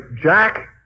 Jack